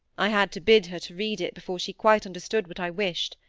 i had to bid her to read it, before she quite understood what i wished.